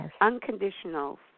unconditional